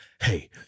hey